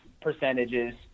percentages